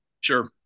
Sure